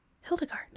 Hildegard